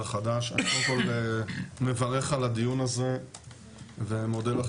אני קודם כל מברך על הדיון הזה ומודה לך